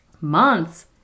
months